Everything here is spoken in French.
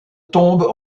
tombes